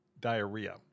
diarrhea